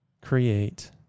create